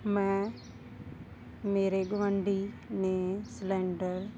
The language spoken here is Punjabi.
ਮੈਂ ਮੇਰੇ ਗੁਆਂਢੀ ਨੇ ਸਿਲੰਡਰ